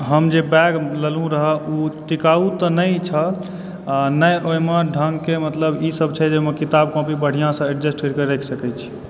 हम जे बैग लेलहुॅं रहय ओ टिकाउ तऽ नहि छल आ नहि ओहिमे ढंग के मतलब ई सब छै जे एहिमे किताब कॉपी बढ़िऑं सऽ एडजस्ट करि कऽ राखि सकै छी